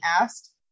asked